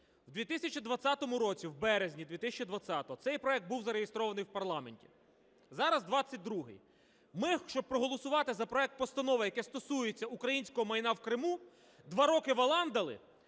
В 2020 році, в березні 2020-го, цей проект був зареєстрований в парламенті. Зараз 2022-й. Ми, щоб проголосувати за проект постанови, який стосується українського майна в Криму, два роки валандали,